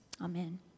Amen